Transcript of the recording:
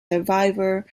survivor